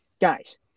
Guys